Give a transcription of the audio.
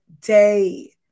day